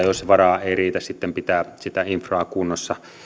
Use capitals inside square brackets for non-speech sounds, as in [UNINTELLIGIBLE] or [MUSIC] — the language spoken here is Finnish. [UNINTELLIGIBLE] jos varaa ei riitä sitten pitää sitä infraa kunnossa